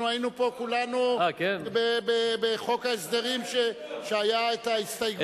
אנחנו היינו בחוק ההסדרים, שהיתה ההסתייגות.